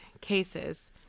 cases